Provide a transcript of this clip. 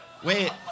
Wait